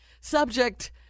Subject